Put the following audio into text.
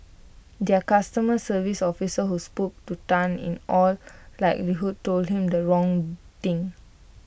their customer service officer who spoke to Tan in all likelihood told him the wrong thing